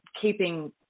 keeping